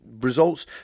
results